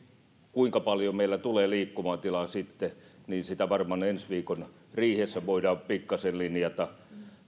kuinka paljon meillä tulee liikkumatilaa varmaan ensi viikon riihessä voidaan pikkasen linjata